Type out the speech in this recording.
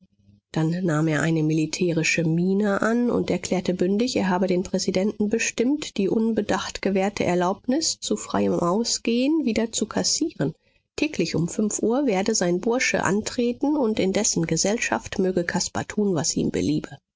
dann nahm er seine militärische miene an und erklärte bündig er habe den präsidenten bestimmt die unbedacht gewährte erlaubnis zu freiem ausgehen wieder zu kassieren täglich um fünf uhr werde sein bursche antreten und in dessen gesellschaft möge caspar tun was ihm beliebe